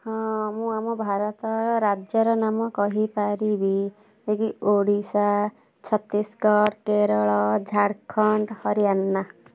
ହଁ ମୁଁ ଆମ ଭାରତର ରାଜ୍ୟର ନାମ କହିପାରିବି ଓଡ଼ିଶା ଛତିଶଗଡ଼ କେରଳ ଝାଡ଼ଖଣ୍ଡ ହରିୟାଣା